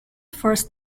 first